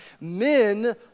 Men